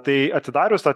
tai atidarius tą